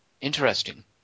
Interesting